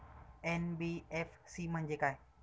NBFC म्हणजे काय?